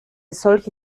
solche